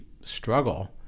struggle